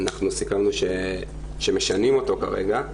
אנחנו סיכמנו שמשנים אותו כרגע,